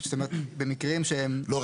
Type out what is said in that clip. במקרים שהם --- לא,